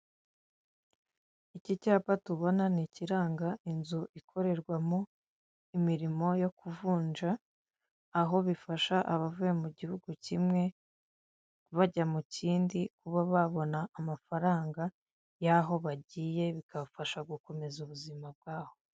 Iki cyapa tubona ni ikiranga inzu ikorerwamo imirimo yo kuvunja, aho bifasha abavuye mu gihugu kimwe bajya mu kindi kuba babona amafaranga y'aho bagiye, bikabafasha gukomeza ubuzima bwaho.